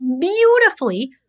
beautifully